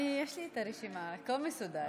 אני, יש לי את הרשימה, הכול מסודר אצלי.